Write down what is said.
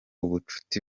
ubushuti